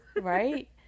Right